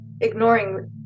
ignoring